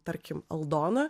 tarkim aldona